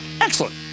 Excellent